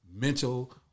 mental